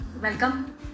welcome